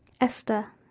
Esther